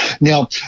Now